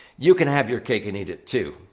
you can have your cake and eat it too.